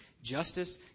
Justice